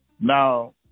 now